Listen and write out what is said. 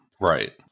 right